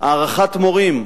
הערכת מורים.